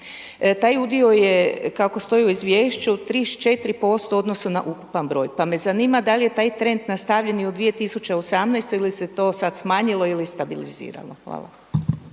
Tak udio je kako stoji u izvješću 34% u odnosu na ukupan broj. Pa me zanima da li je taj trend nastavljen i u 2018. ili se to sad smanjilo ili stabiliziralo. Hvala.